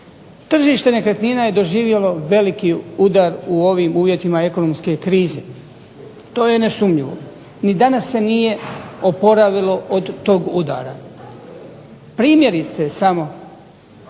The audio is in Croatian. Tržište nekretnina je doživjelo veliki udar u ovim uvjetima ekonomske krize. To je nesumnjivo. Ni danas se nije oporavilo od tog udara. Primjerice samo,